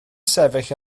sefyll